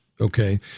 Okay